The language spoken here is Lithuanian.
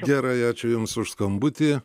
gerai ačiū jums už skambutį